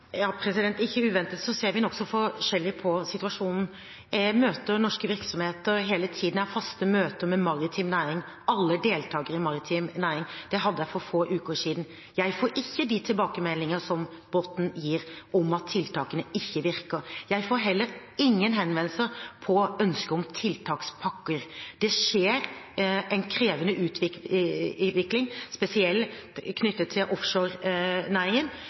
Ikke uventet ser vi nokså forskjellig på situasjonen. Jeg møter norske virksomheter hele tiden, jeg har faste møter med maritim næring – alle deltakere i maritim næring. Det hadde jeg for få uker siden. Jeg får ikke de tilbakemeldingene som Botten gir, om at tiltakene ikke virker. Jeg får heller ingen henvendelser om ønske om tiltakspakker. Det er en krevende utvikling, spesielt knyttet til offshorenæringen,